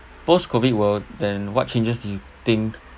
post COVID world then what changes do you think